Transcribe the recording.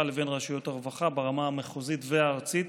לבין רשויות הרווחה ברמה המחוזית והארצית